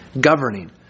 governing